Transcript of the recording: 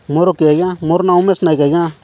ମୋର କି ଆଜ୍ଞା ମୋର ନାଁ ଉମେଶ ନାୟକ ଆଜ୍ଞା